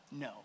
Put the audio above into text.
No